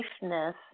safeness